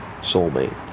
soulmate